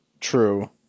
True